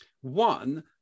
One